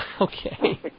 Okay